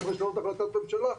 צריך לשנות החלטת ממשלה,